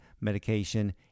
medication